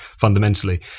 fundamentally